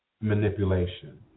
manipulation